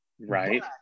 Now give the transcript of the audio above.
Right